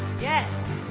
Yes